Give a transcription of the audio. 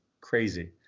crazy